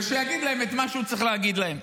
שיגיד להם את מה שהוא צריך להגיד להם.